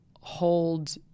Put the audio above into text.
hold